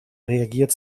reagiert